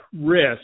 risk